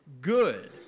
good